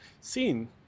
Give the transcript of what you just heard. seen